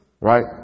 Right